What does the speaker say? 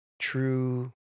True